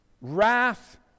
wrath